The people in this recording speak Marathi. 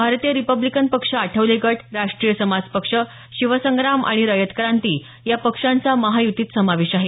भारतीय रिपब्लिकन पक्ष आठवले गट राष्ट्रीय समाज पक्ष शिवसंग्राम आणि रयतक्रांती या पक्षांचा महायुतीत समावेश आहे